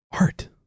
Art